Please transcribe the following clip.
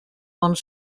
one